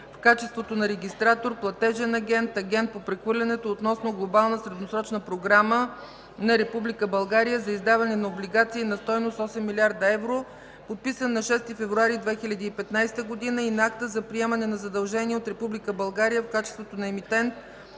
в качеството на Регистратор, платежен агент и агент по прехвърлянето относно Глобална средносрочна програма на Република България за издаване на облигации на стойност 8 млрд. евро, подписан на 6 февруари 2015 г. и на Акта за поемане на задължения от Република България в качеството на Емитент